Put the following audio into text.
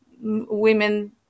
women